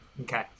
Okay